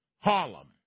Harlem